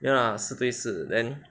没有啦四对四 then